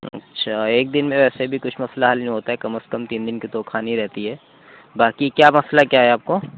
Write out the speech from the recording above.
اچھا ایک دِن میں ویسے بھی کچھ مسئلہ حل نہیں ہوتا ہے کم از کم تین دِن کی تو کھانی رہتی ہے باقی کیا مسئلہ کیا ہے آپ کو